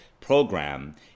program